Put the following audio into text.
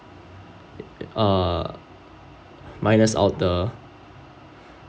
ah minus out the